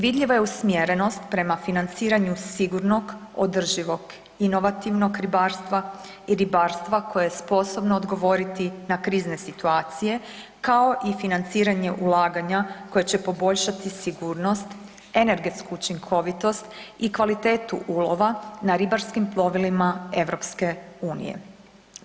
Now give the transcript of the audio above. Vidljiva je usmjerenost prema financiranju sigurnog, održivog, inovativnog ribarstva i ribarstva koje je sposobno odgovoriti na krizne situacije kao i financiranje ulaganja koje se poboljšati sigurnost, energetsku učinkovitost i kvalitetu ulova na ribarskim plovilima Europske unije.